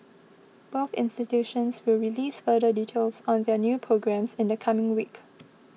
both institutions will release further details on their new programmes in the coming week